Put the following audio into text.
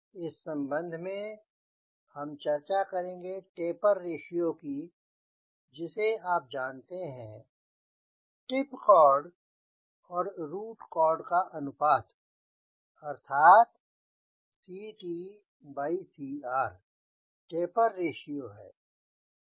इस संबंध में हम चर्चा करेंगे टेपर रेशियो की जिसे आप जानते हैं टिप कॉर्ड और रूट कॉर्ड का अनुपात अर्थात टेपर रेशियो है